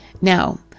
Now